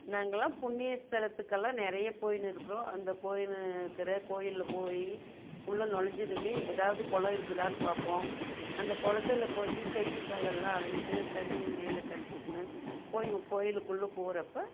நாங்களெலாம் புண்ணிய ஸ்தலத்துக்கெல்லாம் நிறைய போயிணு இருக்கிறோம் அந்த போயிணு இருக்கிற கோயிலில் போய் உள்ள நுழஞ்சதுமே எதாவது குளம் இருக்குதான்னு பார்ப்போம் அந்த குளத்துல போய் கை காலையெல்லம் அலம்பிட்டு தண்ணியை மேலே தெளித்துக்குனு போய் கோயிலுக்குள்ள போகிறப்ப